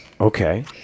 Okay